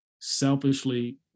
selfishly